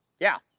yeah,